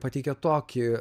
pateikia tokį